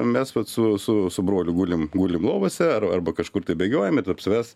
mes vat su su su broliu gulim gulim lovose ar arba kažkur tai bėgiojam bet tarp savęs